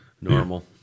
Normal